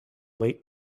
late